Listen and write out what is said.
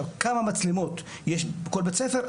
כמה מצלמות יש בכל בית ספר?